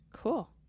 Cool